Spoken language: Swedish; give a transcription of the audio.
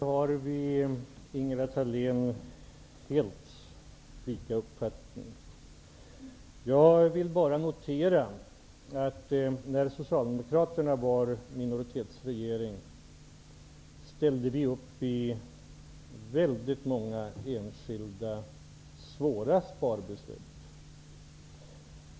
Herr talman! Ingela Thalén och jag har samma uppfattning på den punkten. Jag vill bara notera, att när Socialdemokraterna var i minoritetsregering ställde vi upp i väldigt många enskilda, svåra sparbeslut.